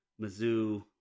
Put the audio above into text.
mizzou